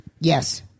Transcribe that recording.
Yes